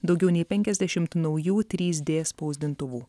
daugiau nei penkiasdešimt naujų trys d spausdintuvų